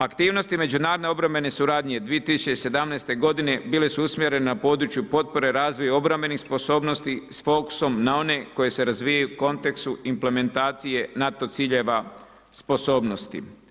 Aktivnosti međunarodne obrambene suradnje 2017. godine bile su usmjerene na području potpore razvoja obrambenih sposobnosti s fokusom na one koji se razvijaju u kontekstu implementacije NATO ciljeva sposobnosti.